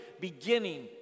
beginning